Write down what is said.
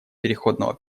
переходного